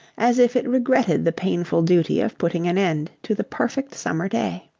as if it regretted the painful duty of putting an end to the perfect summer day.